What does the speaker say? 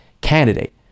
candidate